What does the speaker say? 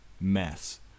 mess